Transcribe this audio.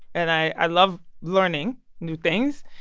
and i love learning new things.